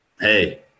Hey